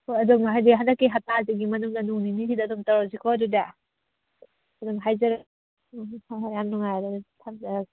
ꯍꯣꯏ ꯑꯗꯨꯝ ꯍꯥꯏꯗꯤ ꯍꯟꯗꯛꯀꯤ ꯍꯞꯇꯥꯁꯤꯒꯤ ꯃꯅꯨꯡꯗ ꯅꯣꯡ ꯅꯤꯅꯤꯁꯤꯗ ꯑꯗꯨꯝ ꯇꯧꯔꯁꯤꯀꯣ ꯑꯗꯨꯗꯤ ꯑꯗꯨꯝ ꯍꯥꯏꯖꯔꯛꯑꯒꯦ ꯎꯝ ꯍꯣꯏ ꯍꯣꯏ ꯌꯥꯝ ꯅꯨꯡꯉꯥꯏꯔꯦ ꯊꯝꯖꯔꯒꯦ